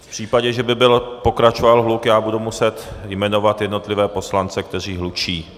V případě, že by hluk pokračoval, budu muset jmenovat jednotlivé poslance, kteří hlučí.